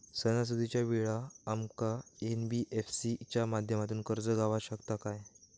सणासुदीच्या वेळा आमका एन.बी.एफ.सी च्या माध्यमातून कर्ज गावात शकता काय?